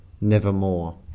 Nevermore